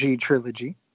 trilogy